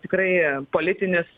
tikrai politinis